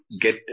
get